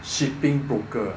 shipping broker